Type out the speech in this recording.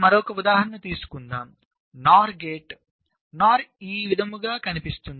మరొక ఉదాహరణ తీసుకుందాం NOR గేట్ NOR ఈ విధముగా కనిపిస్తుంది